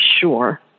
sure